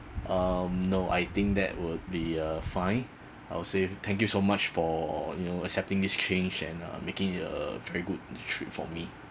um no I think that would be uh fine I'll say thank you so much for you know accepting this change and uh making it a very good trip for me